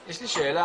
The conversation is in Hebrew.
יש לי שאלה,